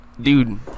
dude